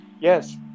Yes